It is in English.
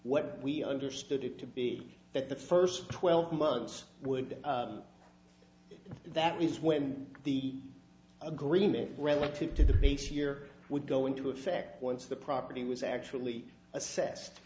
what we understood it to be that the first twelve months would that is when the agreement relative to the base year would go into effect once the property was actually assessed